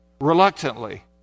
reluctantly